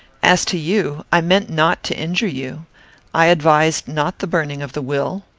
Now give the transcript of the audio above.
as to you, i meant not to injure you i advised not the burning of the will.